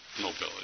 mobility